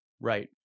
Right